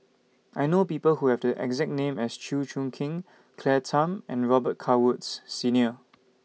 I know People Who Have The exact name as Chew Choo Keng Claire Tham and Robet Carr Woods Senior